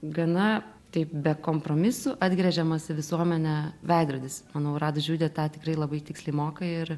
gana taip be kompromisų atgręžiamas į visuomenę veidrodis manau rad žiudė tą tikrai labai tiksliai moka ir